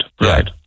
right